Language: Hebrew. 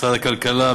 משרד הכלכלה,